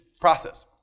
process